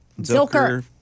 Zilker